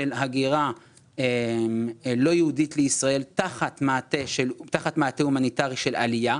של הגירה לא יהודית לישראל תחת מעטה הומניטרי של עלייה?